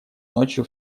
ночью